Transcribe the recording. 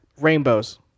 Rainbows